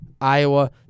Iowa